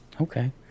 Okay